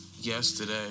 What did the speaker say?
yesterday